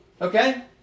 Okay